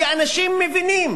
כי אנשים מבינים